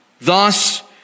Thus